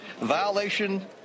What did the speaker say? Violation